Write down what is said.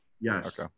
Yes